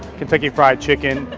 kentucky fried chicken,